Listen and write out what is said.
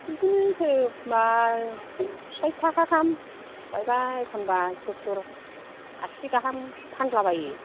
बिदिनो जों मा सय थाखा गाहाम बबेबा एखनब्ला सथुर आसि गाहाम फानलाबायो